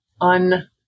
un